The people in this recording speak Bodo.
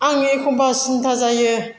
आं एखनबा सिन्था जायो